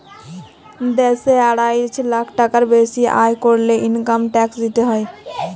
দ্যাশে আড়াই লাখ টাকার বেসি আয় ক্যরলে ইলকাম ট্যাক্স দিতে হ্যয়